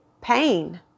pain